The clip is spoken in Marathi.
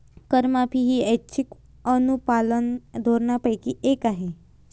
करमाफी ही ऐच्छिक अनुपालन धोरणांपैकी एक आहे